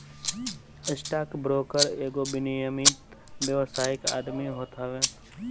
stock broker एगो विनियमित व्यावसायिक आदमी होत हवे